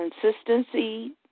consistency